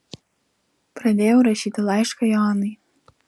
pradėjau rašyti laišką joanai